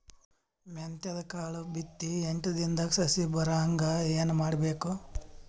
ಮೆಂತ್ಯದ ಕಾಳು ಬಿತ್ತಿ ಎಂಟು ದಿನದಾಗ ಸಸಿ ಬರಹಂಗ ಏನ ಮಾಡಬೇಕು?